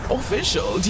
official